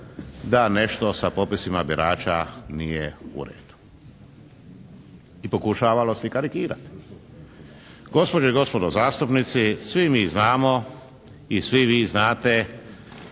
da nešto sa popisima birača nije u redu. I pokušavalo se i karikirati. Gospođe i gospodo zastupnici, svi mi znamo i svi vi znate